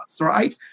right